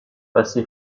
passé